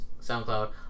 SoundCloud